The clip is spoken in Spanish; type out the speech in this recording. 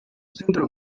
centro